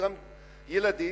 גם ילדים,